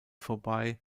vorbei